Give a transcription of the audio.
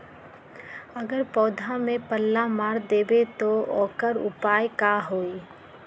अगर पौधा में पल्ला मार देबे त औकर उपाय का होई?